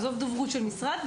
עזוב את דוברות המשרד,